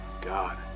God